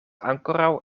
ankoraŭ